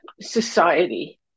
society